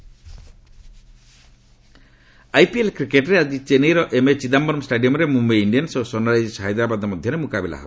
IPL ଆପିଏଲ କ୍ରିକେଟରେ ଆଜି ଚେନ୍ନାଇର ଏମଏ ଚିଦାୟରମ୍ ଷ୍ଟାଡିୟମରେ ମୁମ୍ବାଇ ଇଣ୍ଡିଆନ୍ନ ଓ ସନ୍ରାଇଜର୍ସ ହାଇଦ୍ରାବାଦ ମଧ୍ୟରେ ମୁକାବିଲା ହେବ